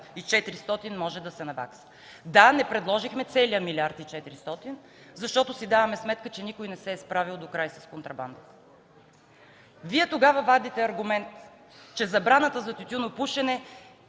може да се навакса. Да, не предложихме целия милиард и четиристотин, защото си даваме сметка, че никой не се е справил докрай с контрабандата. Вие тогава извадихте аргумент, че забраната за тютюнопушене